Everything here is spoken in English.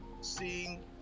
seeing